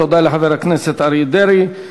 תודה לחבר הכנסת אריה דרעי.